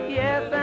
yes